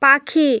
পাখি